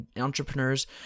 entrepreneurs